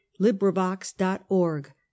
LibriVox.org